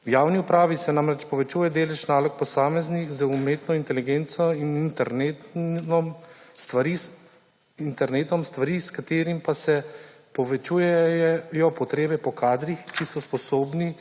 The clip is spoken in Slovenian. V javni upravi se namreč povečuje delež nalog posameznih z umetno inteligenco in internetom, stvari, s katerim pa se povečujejo potrebe po kadrih, ki so sposobni